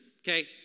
Okay